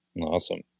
Awesome